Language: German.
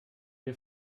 dir